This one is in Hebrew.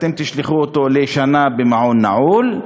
אתם תשלחו אותו לשנה במעון נעול,